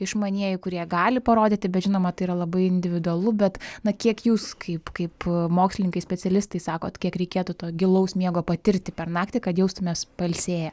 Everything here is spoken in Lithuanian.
išmanieji kurie gali parodyti bet žinoma tai yra labai individualu bet na kiek jūs kaip kaip mokslininkai specialistai sakot kiek reikėtų to gilaus miego patirti per naktį kad jaustumės pailsėję